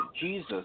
Jesus